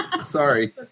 Sorry